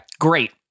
Great